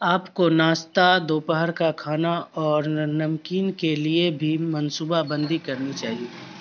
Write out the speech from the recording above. آپ کو ناشتہ دوپہر کا کھانا اور نمکین کے لیے بھی منصوبہ بندی کرنی چاہیے